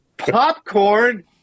popcorn